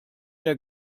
der